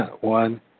One